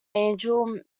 angel